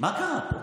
מה קרה פה?